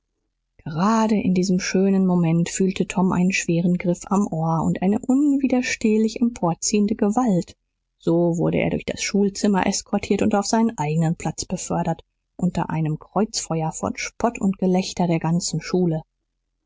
gerade in diesem schönen moment fühlte tom einen schweren griff am ohr und eine unwiderstehlich emporziehende gewalt so wurde er durch das schulzimmer eskortiert und auf seinen eigenen platz befördert unter einem kreuzfeuer von spott und gelächter der ganzen schule